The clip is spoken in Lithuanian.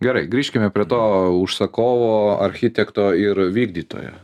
gerai grįžkime prie to užsakovo architekto ir vykdytojo